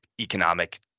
economic